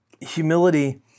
humility